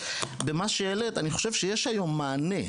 במה שהעלית אני חושב שיש היום מענה.